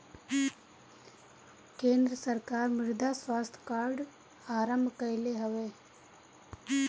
केंद्र सरकार मृदा स्वास्थ्य कार्ड आरंभ कईले हवे